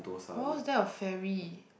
orh is that a ferry